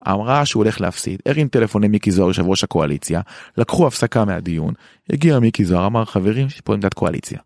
אמרה שהוא הולך להפסיד, הרים טלפוני מיקי זוהר יושב ראש הקואליציה, לקחו הפסקה מהדיון. הגיע מיקי זוהר, אמר, חברים, יש פה עמדת קואליציה.